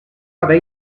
haver